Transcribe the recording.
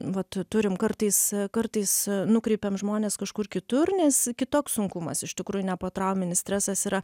vat turim kartais kartais nukreipiam žmones kažkur kitur nes kitoks sunkumas iš tikrųjų ne potrauminis stresas yra